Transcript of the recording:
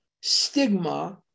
stigma